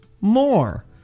more